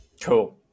cool